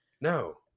no